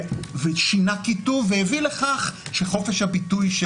שינה כיתוב והביא לכך שחופש הביטוי של